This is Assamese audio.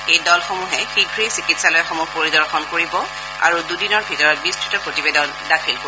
এই দলসমূহে শীঘ্ৰেই চিকিৎসালয়সমূহ পৰিদৰ্শন কৰিব আৰু দুদিনৰ ভিতৰত বিস্তৃত প্ৰতিবেদন দাখিল কৰিব